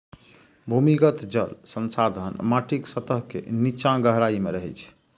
भूमिगत जल संसाधन माटिक सतह के निच्चा गहराइ मे रहै छै